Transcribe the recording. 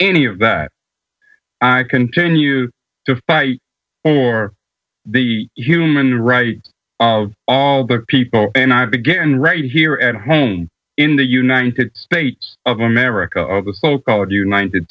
any of that i continue to fight for the human rights of all the people and i begin right here at home in the united states of america the so called united